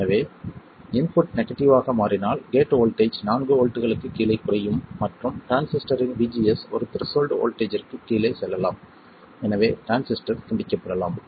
எனவே input negative ஆக மாறினால் கேட் வோல்ட்டேஜ் நான்கு வோல்ட்டுகளுக்குக் கீழே குறையும் மற்றும் டிரான்சிஸ்டரின் VGS ஒரு த்ரெஷோல்ட் வோல்ட்டேஜ்ற்குக் கீழே செல்லலாம் எனவே டிரான்சிஸ்டர் துண்டிக்கப்படலாம்